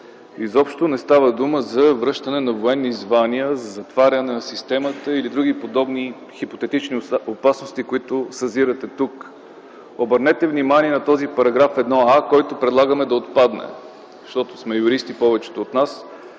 Изобщо не става дума за връщане на военни звания, за затваряне на системата или други подобни хипотетични опасности, които съзирате тук. Обърнете внимание на този § 1а, който предлагаме да отпадне. Повечето от нас